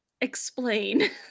Explain